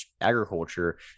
agriculture